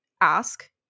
ask